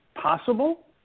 possible